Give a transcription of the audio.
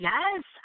Yes